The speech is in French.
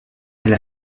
elle